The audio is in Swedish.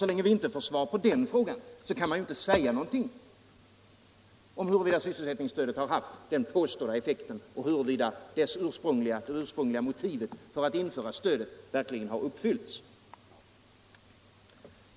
Så länge vi inte får svar på den frågan kan vi inte säga någonting om huruvida sysselsättningsstödet haft den påstådda effekten och huruvida den ursprungliga målsättningen vid stödets införande verkligen har realiserats.